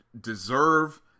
deserve